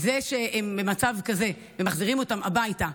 זה שהם במצב כזה ומחזירים אותם הביתה,